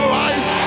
life